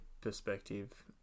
perspective